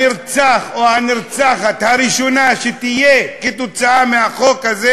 הנרצח או הנרצחת הראשונה שתהיה כתוצאה מהחוק הזה,